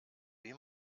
wie